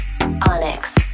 Onyx